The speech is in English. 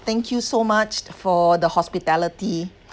thank you so much for the hospitality